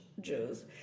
Jews